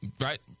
right